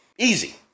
Easy